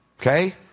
Okay